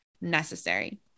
necessary